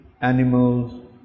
animals